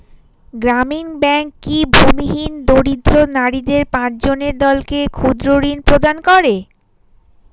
গ্রামীণ ব্যাংক কি ভূমিহীন দরিদ্র নারীদের পাঁচজনের দলকে ক্ষুদ্রঋণ প্রদান করে?